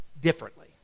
differently